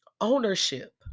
Ownership